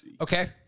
Okay